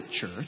church